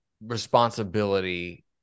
responsibility